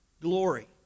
glory